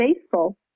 faithful